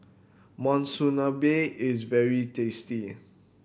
monsunabe is very tasty